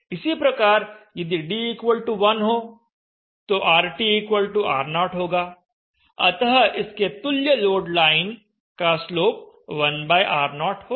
इसी प्रकार यदि d1 हो तो RTR0 होगा अतः इसके तुल्य लोड लाइन का स्लोप 1R0 होगा